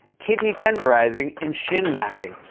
kidney-tenderizing, and shin-whacking.